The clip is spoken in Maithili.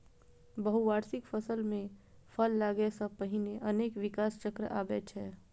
बहुवार्षिक फसल मे फल लागै सं पहिने अनेक विकास चक्र आबै छै